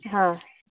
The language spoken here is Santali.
ᱦᱟᱸ